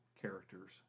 characters